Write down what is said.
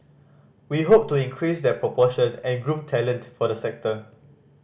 we hope to increase that proportion and groom talent for the sector